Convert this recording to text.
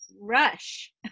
rush